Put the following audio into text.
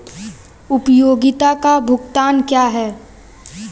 उपयोगिता भुगतान क्या हैं?